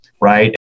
Right